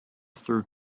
through